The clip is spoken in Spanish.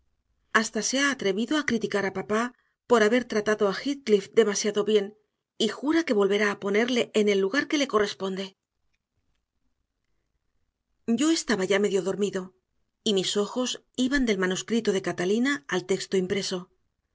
hasta se ha atrevido a criticar a papá por haber tratado a heathcliff demasiado bien y jura que volverá a ponerle en el lugar que le corresponde yo estaba ya medio dormido y mis ojos iban del manuscrito de catalina al texto impreso